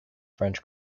french